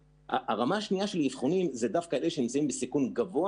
הרמה השנייה של האבחונים היא דווקא של אלה שנמצאים בסיכון גבוה